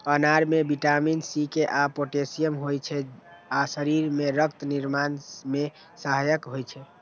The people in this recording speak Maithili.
अनार मे विटामिन सी, के आ पोटेशियम होइ छै आ शरीर मे रक्त निर्माण मे सहायक होइ छै